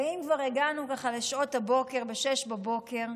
ואם כבר הגענו ככה לשעות הבוקר, ל-06:00,